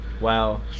Wow